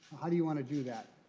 how do you want to do that?